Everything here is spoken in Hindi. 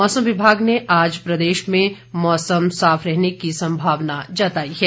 मौसम विभाग ने आज प्रदेश में मौसम साफ रहने की संभावना जताई है